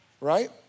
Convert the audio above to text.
right